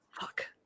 Fuck